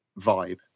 vibe